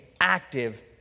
active